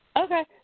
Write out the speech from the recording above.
Okay